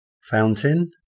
Fountain